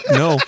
no